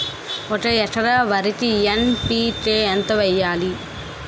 ఒక ఎకర వరికి ఎన్.పి.కే ఎంత వేయాలి?